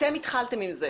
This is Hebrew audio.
אתם התחלתם בזה.